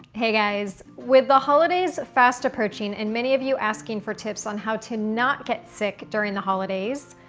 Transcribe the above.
hey guys. with the holidays fast approaching and many of you asking for tips on how to not get sick during the holidays,